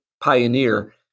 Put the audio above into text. pioneer